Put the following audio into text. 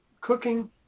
cooking